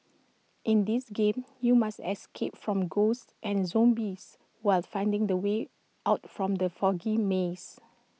in this game you must escape from ghosts and zombies while finding the way out from the foggy maze